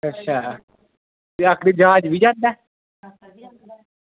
ते उप्परै ई ज्हाज बी जंदा ऐ